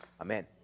Amen